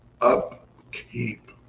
upkeep